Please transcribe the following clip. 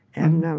and